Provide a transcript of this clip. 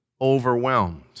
overwhelmed